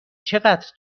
چقدر